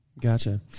Gotcha